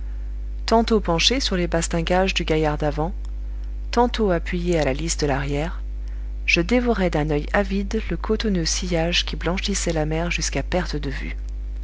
tantôt penché sur les bastingages du gaillard d'avant tantôt appuyé à la lisse de l'arrière je dévorais d'un oeil avide le cotonneux sillage qui blanchissait la mer jusqu'à perte de vue